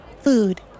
food